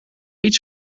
iets